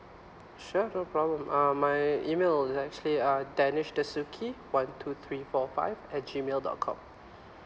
sure no problem um my email is actually uh danish dasuki one two three four five at G mail dot com